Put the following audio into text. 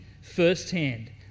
firsthand